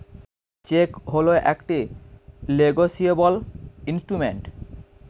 check হল একটি negotiable instrument